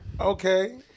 Okay